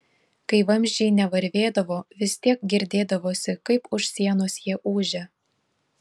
kai vamzdžiai nevarvėdavo vis tiek girdėdavosi kaip už sienos jie ūžia